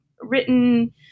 written